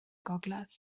gogledd